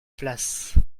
place